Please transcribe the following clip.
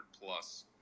plus